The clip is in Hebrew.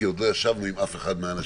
כי עוד לא ישבנו עם אף אחד מהאנשים,